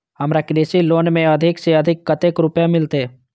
हमरा कृषि लोन में अधिक से अधिक कतेक रुपया मिलते?